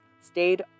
stayed